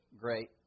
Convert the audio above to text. great